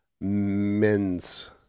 men's